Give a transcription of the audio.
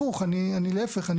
להיפך,